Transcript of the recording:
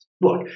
look